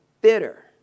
bitter